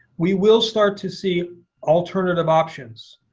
we will start to see alternative options.